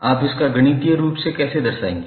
आप इसका गणितीय रूप से कैसे दर्शाएंगे